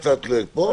נוסע קצת לפה, קצת לשם.